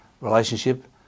relationship